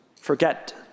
forget